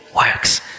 works